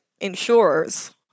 insurers